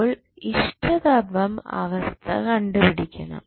അപ്പോൾ ഇഷ്ടതമം അവസ്ഥ കണ്ടുപിടിക്കണം